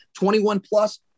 21-plus